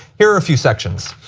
here are a few sections.